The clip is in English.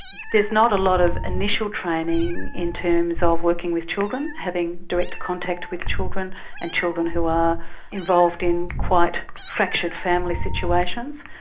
there's not a lot of initial training in terms of working with children, having direct contact with children and children who are involved in quite fractured family situations,